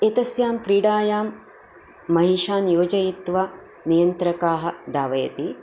एतस्यां क्रीडायां महिषान् योजयित्वा नियन्त्रकाः धावयति